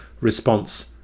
response